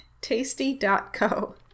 Tasty.co